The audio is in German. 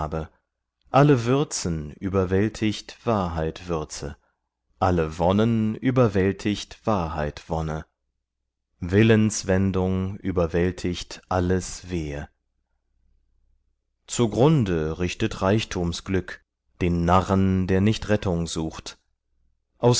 alle würzen überwältigt wahrheitwürze alle wonnen überwältigt wahrheitwonne willenswendung überwältigt alles wehe zugrunde richtet reichtums glück den narren der nicht rettung sucht